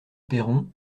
perron